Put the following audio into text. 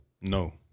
No